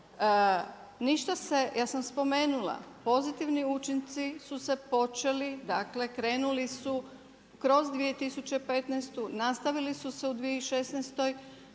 ništa se, ja sam spomenula pozitivni učinci su se počeli, dakle krenuli su kroz 2015., nastavili su se u 2016.-oj,